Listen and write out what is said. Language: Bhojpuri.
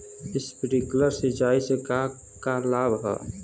स्प्रिंकलर सिंचाई से का का लाभ ह?